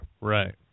Right